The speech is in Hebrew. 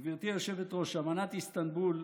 גברתי היושבת-ראש, אמנת איסטנבול,